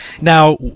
now